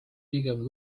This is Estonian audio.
pigem